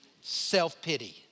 self-pity